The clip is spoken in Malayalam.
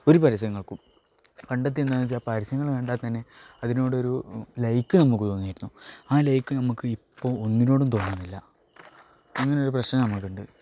ഒരു പരസ്യങ്ങൾക്കും പണ്ടത്തെ എന്താണെന്നു വെച്ചാൽ പരസ്യങ്ങൾ കണ്ടാൽത്തന്നെ അതിനോടൊരു ലൈക്ക് നമുക്ക് തോന്നിയിരുന്നു ആ ലൈക്ക് നമുക്ക് ഇപ്പോൾ ഒന്നിനോടും തോന്നുന്നില്ല അങ്ങനെയൊരു പ്രശ്നം നമ്മൾക്കുണ്ട്